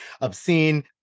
obscene